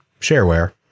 shareware